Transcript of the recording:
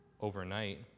overnight